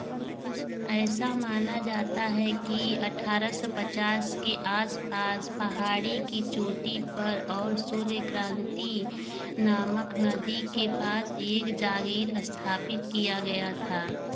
ऐसा माना जाता है कि अठारह सौ पचास के आस पास पहाड़ी की चोटी पर और सूर्यक्रांति नामक नदी के पास एक जागीर स्थापित किया गया था